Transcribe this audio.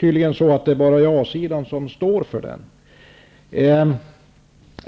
tydligen så att bara ja-sidan står för den allsidiga och seriösa informationen.